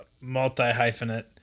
multi-hyphenate